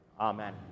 Amen